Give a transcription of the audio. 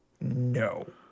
No